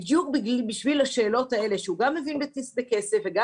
בדיוק בשביל השאלות האלה כי הוא גם מבין בכסף וגם